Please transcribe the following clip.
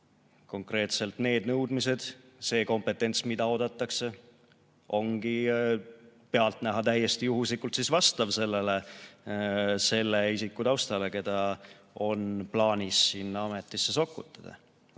Konkreetselt need nõudmised, see kompetents, mida oodatakse, ongi pealtnäha täiesti juhuslikult vastav selle isiku taustale, keda on plaanis sinna ametisse sokutada.